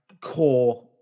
core